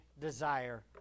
desire